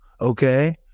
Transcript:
Okay